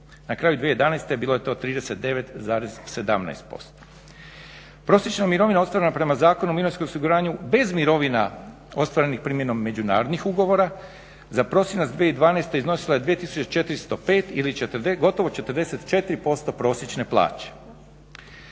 Na kraju 2012.bilo je to 39,17%. Prosječna mirovina ostvarena prema Zakonu o mirovinskom osiguranju bez mirovina ostvarenom primjenom međunarodnih ugovora za prosinac 2012.iznosila je 2405 ili gotovo 44% prosječne plaće.